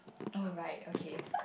oh right okay